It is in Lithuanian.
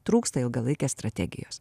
trūksta ilgalaikės strategijos